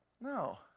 No